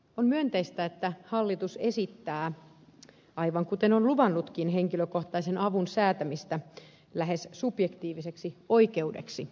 on myönteistä että hallitus esittää aivan kuten on luvannutkin henkilökohtaisen avun säätämistä lähes subjektiiviseksi oikeudeksi